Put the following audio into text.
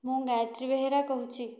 ମୁଁ ଗାଏତ୍ରୀ ବେହେରା କହୁଛି